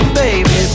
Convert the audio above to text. baby